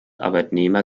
arbeitnehmer